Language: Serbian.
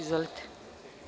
Izvolite.